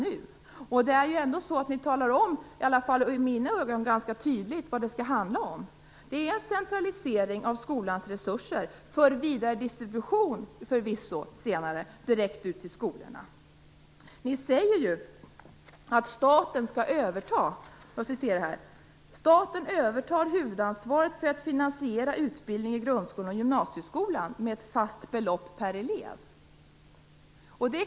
Ni talar om ganska tydligt, åtminstone i mina ögon, vad det handlar om. Det är en centralisering av skolans resurser för vidare distribution senare, förvisso, direkt ut till skolorna. Ni säger: Staten övertar huvudansvaret för att finansiera utbildning i grundskolan och gymnasieskolan med ett fast belopp per elev.